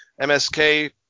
MSK